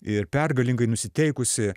ir pergalingai nusiteikusi